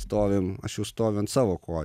stovim aš jau stoviu ant savo kojų